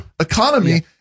economy